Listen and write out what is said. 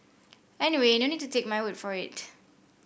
anyway no need to take my word for it